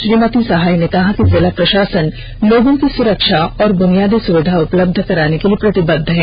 श्रीमती सहाय ने कहा कि जिला प्रषासन लोगों की सुरक्षा और बुनियादी सुविधा उपलब्ध कराने के लिए प्रतिबद्ध है